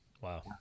Wow